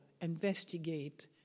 investigate